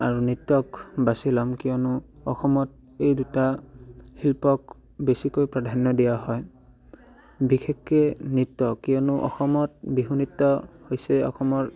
আৰু নৃত্যক বাচি ল'ম কিয়নো অসমত এই দুটা শিল্পক বেছিকৈ প্ৰাধান্য দিয়া হয় বিশেষকৈ নৃত্য কিয়নো অসমত বিহু নৃত্য হৈছে অসমৰ